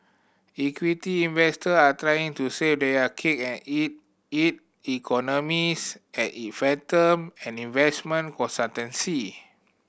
equity investor are trying to save their cake and eat it economists at it Fathom an investment